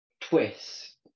twist